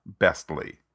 bestly